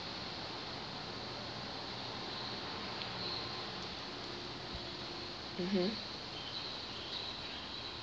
mmhmm